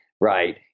right